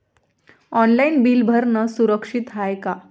Online bill भरनं सुरक्षित हाय का?